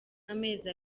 amezi